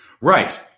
Right